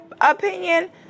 opinion